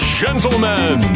gentlemen